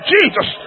Jesus